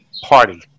party